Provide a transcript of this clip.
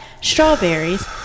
strawberries